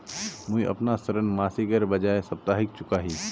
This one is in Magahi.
मुईअपना ऋण मासिकेर बजाय साप्ताहिक चुका ही